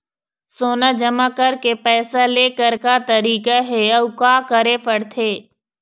सोना जमा करके पैसा लेकर का तरीका हे अउ का करे पड़थे?